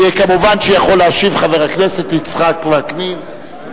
מובן שיכול להשיב חבר הכנסת יצחק וקנין.